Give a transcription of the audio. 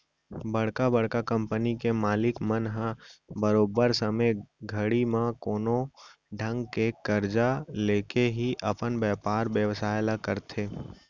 बड़का बड़का कंपनी के मालिक मन ह बरोबर समे घड़ी म कोनो ढंग के करजा लेके ही अपन बयपार बेवसाय ल करथे